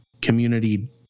community